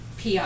PR